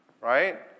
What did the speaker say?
right